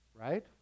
Right